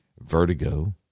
vertigo